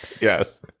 Yes